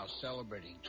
celebrating